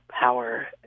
power